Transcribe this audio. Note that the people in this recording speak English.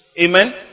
Amen